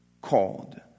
called